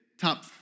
top